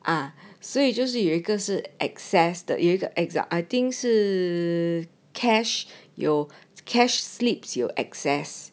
ah 所以就是有一个是 excess 的 I think 是 cash 有 cash slips 有 excess